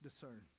discern